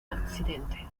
accidente